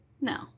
no